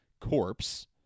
corpse